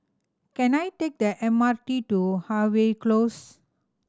can I take the M R T to Harvey Close